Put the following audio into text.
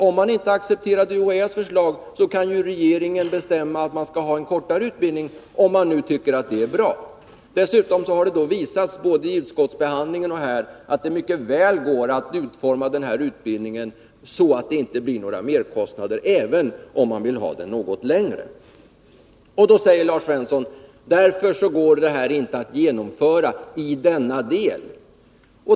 Om man inte accepterar UHÄ:s förslag, kan regeringen ju bestämma att en kortare utbildning skall anordnas, om den tycker att detta är bra. Dessutom har det visats både i utskottsbehandlingen och i denna debatt att det mycket väl går att utforma utbildningen så att inga merkostnader uppstår, även om den blir något längre. Lars Svensson säger då att dessa inte går att genomföra i denna del.